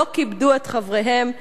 שלא כיבדו את חבריהם,